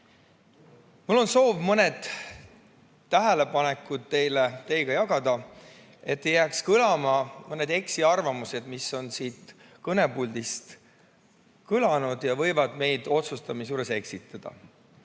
Mul on soov mõnd tähelepanekut teiega jagada, et ei jääks kõlama mõned eksiarvamused, mis on siit kõnepuldist kõlanud ja võivad meid otsustamise juures eksitada.